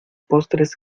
postres